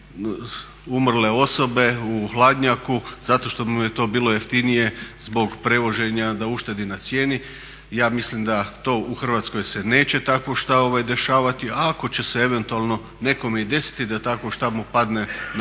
kući umrle osobe u hladnjaku zato što mu je to bilo jeftinije zbog prevoženja da uštedi na cijeni. Ja mislim da to u Hrvatskoj se neće takvo šta dešavati, a ako će se eventualno nekome i desiti da takvo šta mu padne na pamet,